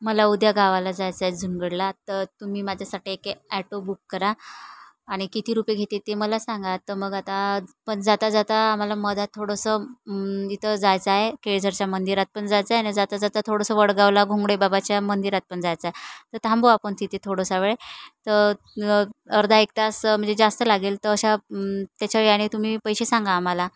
मला उद्या गावाला जायचं आहे झुनगडला तर तुम्ही माझ्यासाठी एक ॲटो बुक करा आणि किती रुपये घेतील ते मला सांगा तर मग आता पण जाता जाता आम्हाला मधात थोडंसं इथं जायचं आहे केळझरच्या मंदिरात पण जायचं आहे आणि जाता जाता थोडंसं वडगावला घुमडेबाबाच्या मंदिरात पण जायचं आहे तर थांबू आपण तिथे थोडासा वेळ तर अर्धा एक तास म्हणजे जास्त लागेल तर अशा त्याच्या वेळाने तुम्ही पैसे सांगा आम्हाला